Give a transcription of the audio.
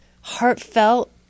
heartfelt